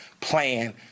plan